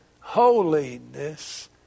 holiness